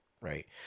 Right